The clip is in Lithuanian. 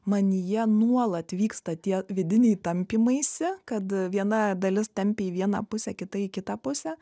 manyje nuolat vyksta tie vidiniai tampymaisi kad viena dalis tempia į vieną pusę kitą į kitą pusę